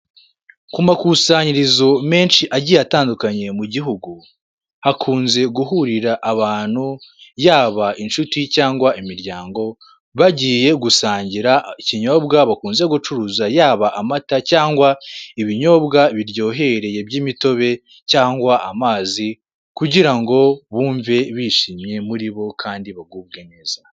Ku makusanyirizo menshi agiye atandukanye mu gihugu, hakunze guhurira abantu yaba inshuti cyangwa imiryango bagiye gusangira ikinyobwa bakunze gucuruza, yaba amata cyangwa ibinyobwa biryohereye by'imitobe cyangwa amazi kugira ngo bumve bishimye muri bo kandi bagubwe neza.